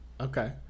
Okay